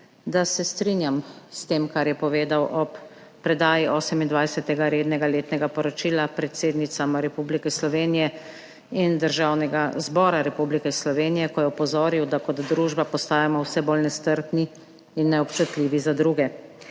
da se strinjam s tem kar je povedal ob predaji 28. rednega letnega poročila predsednicama Republike Slovenije in Državnega zbora Republike Slovenije, ko je opozoril, da kot družba postajamo vse bolj nestrpni in neobčutljivi za druge.